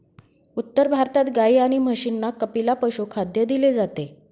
उत्तर भारतात गाई आणि म्हशींना कपिला पशुखाद्य दिले जाते